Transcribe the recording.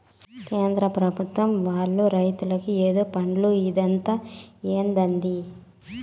కేంద్ర పెభుత్వం వాళ్ళు రైతులకి ఏదో ఫండు ఇత్తందట ఏందది